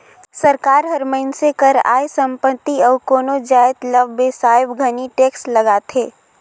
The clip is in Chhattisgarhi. सरकार हर मइनसे कर आय, संपत्ति अउ कोनो जाएत ल बेसाए घनी टेक्स लगाथे